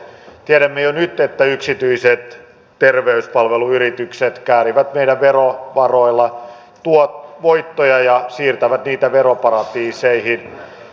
tiedämme jo nyt että yksityiset terveyspalveluyritykset käärivät meidän verovaroilla voittoja ja siirtävät niitä veroparatiiseihin